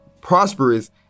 prosperous